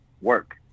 work